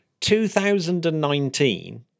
2019